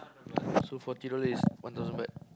so forty dollar is one thousand butt